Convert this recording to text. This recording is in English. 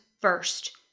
first